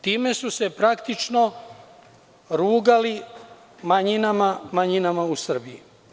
Time su se praktično rugali manjinama u Srbiji.